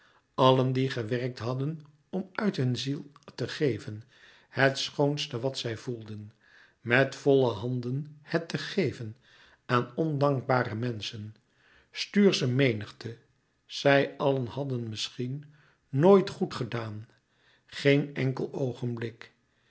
allen die gewerkt hadden om uit hun ziel te geven het schoonste wat zij voelden met volle handen het te geven aan ondankbare menschen stuursche menigte zij allen hadden misschien nooit goed gedaan geen enkel oogenblik